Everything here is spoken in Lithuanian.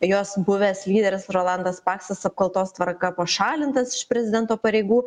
jos buvęs lyderis rolandas paksas apkaltos tvarka pašalintas iš prezidento pareigų